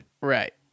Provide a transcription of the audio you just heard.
Right